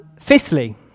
fifthly